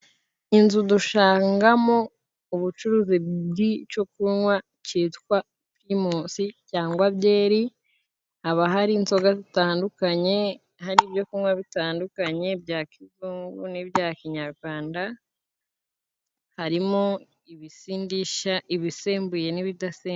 Inzu dusangamo ubucuruzi bw'icyo kunwa kitwa primusi cyangwa byeri, haba hari inzoga zitandukanye hari ibyo kunwa bitandukanye, bya kizungu n'ibya kinyarwanda harimo ibisindisha ibisembuye n'ibidasembuye.